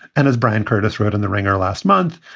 and as bryan curtis wrote in the ringer last month,